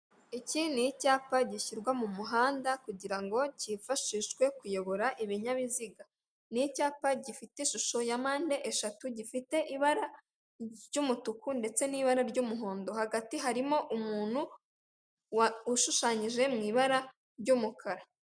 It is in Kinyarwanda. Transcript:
Iki ni icyapa gishyirwa mu muhanda kugirango ngo kifashishwe kuyobora ibinyabiziga. Ni icyapa gifite ishusho ya mpande eshatu, gifite ibara ry'umutuku ndetse n'ibara ry'umuhondo hagati harimo umuntu ushushanyijwe mu ibara ry'umukara.